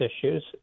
issues